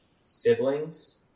Siblings